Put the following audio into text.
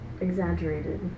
exaggerated